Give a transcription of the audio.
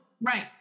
Right